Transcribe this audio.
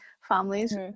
families